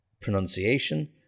pronunciation